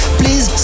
please